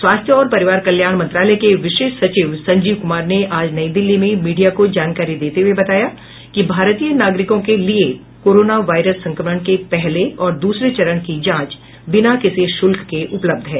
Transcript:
स्वास्थ्य और परिवार कल्याण मंत्रालय के विशेष सचिव संजीव कुमार ने आज नई दिल्ली में मीडिया को जानकारी देते हुये बताया कि भारतीय नागरिकों के लिए कोरोना वायरस संक्रमण के पहले और दूसरे चरण की जांच बिना किसी शुल्क के उपलब्ध है